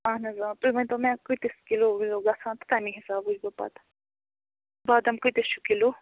اہَن حظ تُہۍ ؤنۍتو مےٚ کۭتِس کِلوٗ وِلوٗ گژھان تہٕ تَمی حِسابہٕ وٕچھ بہٕ پتہٕ بادَم کۭتِس چھُ کِلوٗ